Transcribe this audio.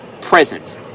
present